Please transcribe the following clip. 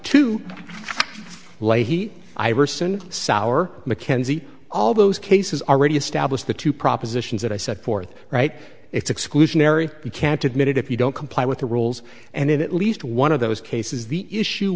leahy iverson sauer mckenzie all those cases already established the two propositions that i set forth right it's exclusionary you can't admit it if you don't comply with the rules and in at least one of those cases the issue